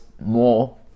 more